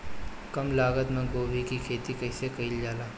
कम लागत मे गोभी की खेती कइसे कइल जाला?